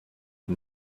and